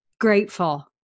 grateful